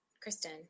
Kristen